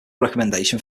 recommendation